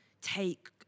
take